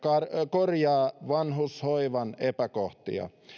korjaa vanhushoivan epäkohtia